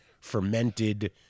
fermented